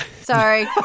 sorry